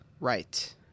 Right